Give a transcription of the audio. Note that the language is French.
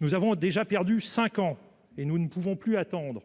Nous avons déjà perdu 5 ans, et nous ne pouvons plus attendre